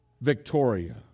Victoria